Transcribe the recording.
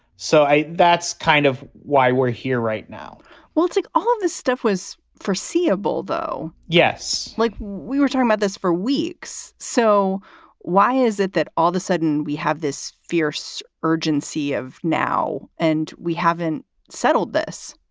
so that's kind of why we're here right now we'll take all of this stuff was foreseeable, though. yes. like, we were talking about this for weeks. so why is it that all the sudden we have this fierce urgency of now and we haven't settled this?